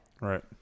Right